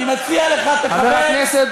אני מציע לך, תכבד,